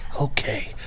okay